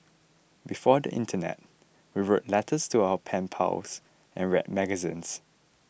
before the internet we wrote letters to our pen pals and read magazines